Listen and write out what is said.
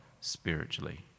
spiritually